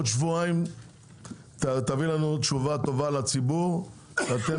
בעוד שבועיים תביא תשובה טובה לציבור שאתם